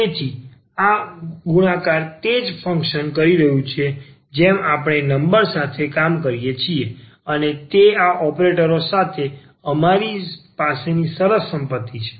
તેથી અહીં આ ઉત્પાદન તે જ રીતે ફંક્શન કરી રહ્યું છે જેમ આપણે નંબર સાથે કામ કરીએ છીએ અને તે આ ઓપરેટરો સાથે અમારી પાસેની સરસ સંપત્તિ છે